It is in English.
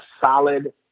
solid